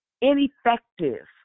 Ineffective